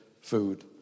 food